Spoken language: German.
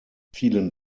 vielen